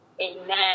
Amen